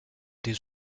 des